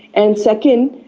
and second,